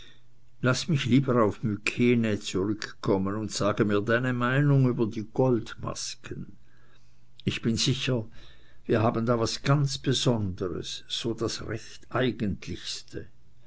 laß mich lieber auf mykenä zurückkommen und sage mir deine meinung über die goldmasken ich bin sicher wir haben da ganz was besonderes so das recht eigentlichste